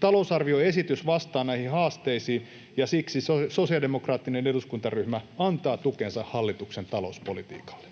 Talousarvioesitys vastaa näihin haasteisiin, ja siksi sosiaalidemokraattinen eduskuntaryhmä antaa tukensa hallituksen talouspolitiikalle.